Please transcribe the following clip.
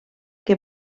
que